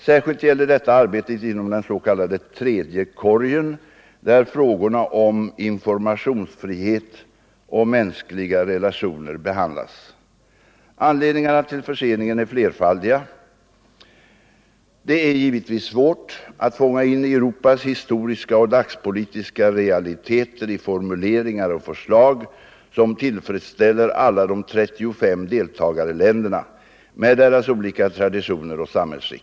Särskilt gäller detta arbete inom den s.k. tredje korgen, där frågorna om informationsfrihet och mänskliga relationer behandlas. Anledningarna till för seningen är flerfaldiga. Det är givetvis svårt att fånga in Europas historiska — Nr 127 och dagspolitiska realiteter i formuleringar och förslag som tillfredsställer Fredagen den alla de 35 deltagarländerna med deras olika traditioner och samhällsskick.